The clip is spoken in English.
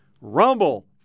Rumble